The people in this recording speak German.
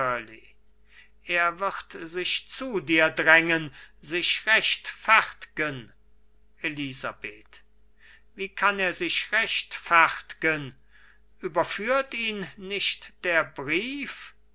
er wird sich zu dir drängen sich rechtfert'gen elisabeth wie kann er sich rechtfert'gen überführt ihn nicht der brief